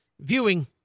viewing